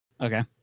okay